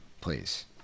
please